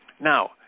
Now